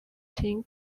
qin